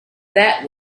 that